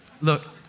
Look